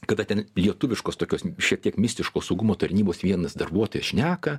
kada ten lietuviškos tokios šiek tiek mistiškos saugumo tarnybos vienas darbuotojas šneka